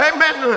Amen